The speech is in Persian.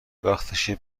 وقتشه